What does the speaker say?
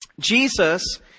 Jesus